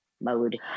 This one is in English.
mode